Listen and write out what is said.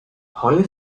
holly